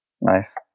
Nice